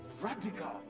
radical